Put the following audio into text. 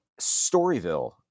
Storyville